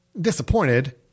disappointed